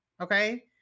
Okay